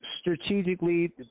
strategically